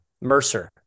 Mercer